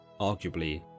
arguably